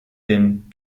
den